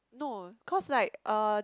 no cause like uh